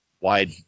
wide